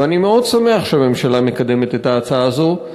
ואני מאוד שמח שהממשלה מקדמת את ההצעה הזאת,